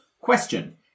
Question